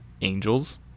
angels